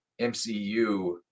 mcu